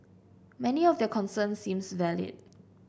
many of their concerns seemed valid